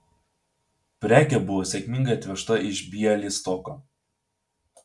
prekė buvo sėkmingai atvežta iš bialystoko